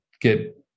get